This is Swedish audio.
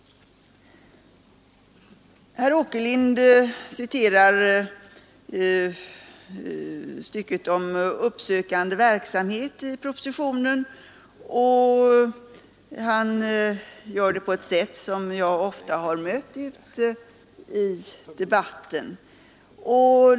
Herr Åkerlind citerar ett stycke i propositionen om uppsökande verksamhet och gör det på ett sätt som jag ofta har mött ute i debatten.